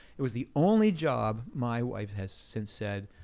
it was the only job, my wife has since said,